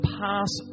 pass